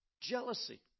jealousy